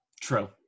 True